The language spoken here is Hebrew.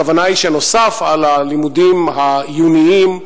הכוונה היא שנוסף על הלימודים העיוניים,